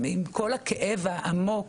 עם כל הכאב העמוק,